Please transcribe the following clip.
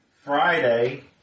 Friday